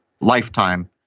lifetime